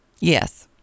Yes